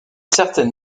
certaine